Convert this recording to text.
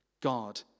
God